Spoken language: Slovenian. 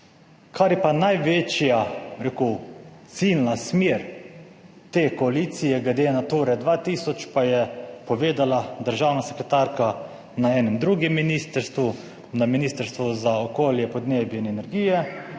Kar je pa največja, bi rekel, ciljna smer te koalicije glede na Nature 2000, pa je povedala državna sekretarka na enem drugem ministrstvu, na Ministrstvu za okolje, podnebje in energijo,